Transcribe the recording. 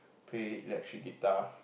play electric guitar